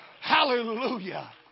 Hallelujah